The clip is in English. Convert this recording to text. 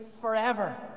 forever